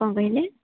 କ'ଣ କହିଲେ